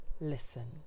listen